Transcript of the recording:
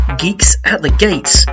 geeksatthegates